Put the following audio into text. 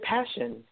Passion